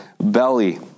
belly